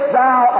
thou